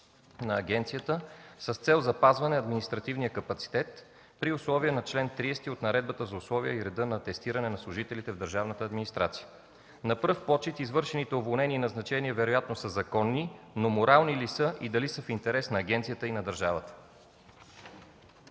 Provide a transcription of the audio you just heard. на агенцията с цел запазване административния капацитет при условията на чл. 30 от Наредбата за условията и реда за атестиране на служителите в държавната администрация? На пръв прочит извършените уволнения и назначения вероятно са законни, но морални ли са и дали са в интерес на агенцията и на държавата?